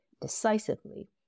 decisively